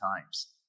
times